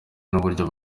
n’uburyo